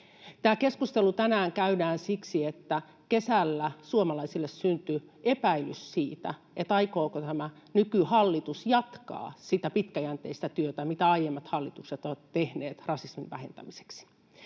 Tämä keskustelu tänään käydään siksi, että kesällä suomalaisille syntyi epäilys siitä, aikooko tämä nykyhallitus jatkaa sitä pitkäjänteistä työtä, mitä aiemmat hallitukset ovat tehneet rasismin vähentämiseksi,